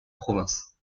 province